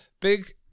Big